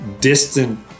distant